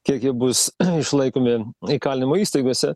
kiek jie bus išlaikomi įkalinimo įstaigose